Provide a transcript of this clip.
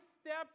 steps